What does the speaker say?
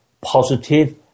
positive